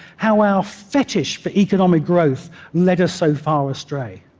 how our fetish for economic growth led us so far astray.